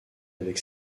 avec